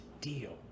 deal